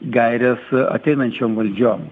gaires ateinančiom valdžiom